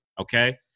Okay